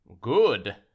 Good